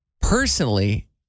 personally